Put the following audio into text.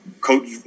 coach